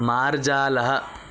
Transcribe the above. मार्जालः